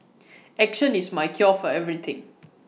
action is my cure for everything